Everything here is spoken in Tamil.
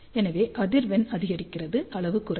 எனவே அதிர்வெண் அதிகரிக்கிறது அளவு குறையும்